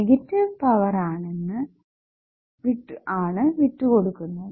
negative power ആണ് വിട്ടുകൊടുക്കുന്നത്